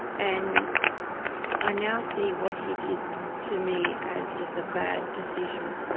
and i now see what he did to me as just a bad decision.